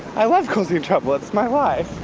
i love causing trouble, it's my life!